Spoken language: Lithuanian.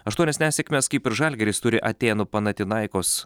aštuonias nesėkmes kaip ir žalgiris turi atėnų panatinaikos